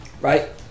Right